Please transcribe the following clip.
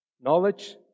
knowledge